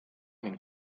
ning